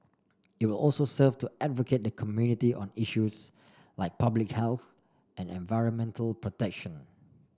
it will also serve to advocate the community on issues like public health and environmental protection